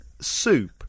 soup